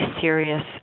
serious